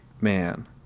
man